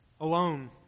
alone